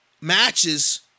matches